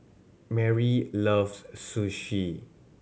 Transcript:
Merri loves Sushi